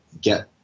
get